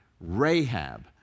Rahab